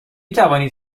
توانید